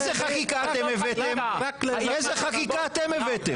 איזה חקיקה אתם הבאתם?